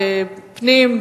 פנים,